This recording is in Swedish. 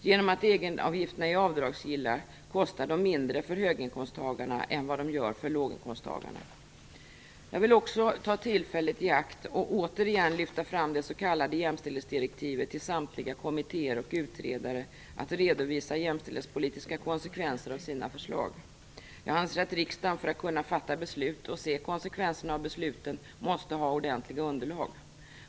Genom att egenavgifterna är avdragsgilla kostar de mindre för höginkomsttagarna än för låginkomsttagarna. Jag vill också ta tillfället i akt att återigen lyfta fram det s.k. jämställdhetsdirektivet till samtliga kommittéer och utredare att redovisa jämställdhetspolitiska konsekvenser av sina förslag. Jag anser att riksdagen för att kunna fatta beslut och se konsekvenserna av besluten måste ha ordentliga underlag.